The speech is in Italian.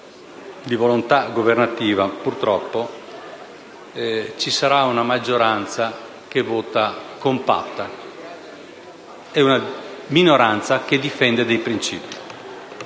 di iniziativa governativa, purtroppo, ci sarà una maggioranza che vota compatta e una minoranza che difende dei principi.